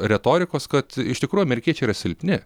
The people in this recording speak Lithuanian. retorikos kad iš tikrųjų amerikiečių yra silpni